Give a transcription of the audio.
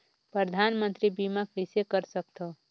परधानमंतरी बीमा कइसे कर सकथव?